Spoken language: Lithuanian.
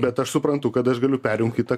bet aš suprantu kad aš galiu perjungt kitą